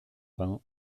vingt